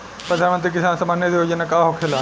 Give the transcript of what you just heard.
प्रधानमंत्री किसान सम्मान निधि योजना का होखेला?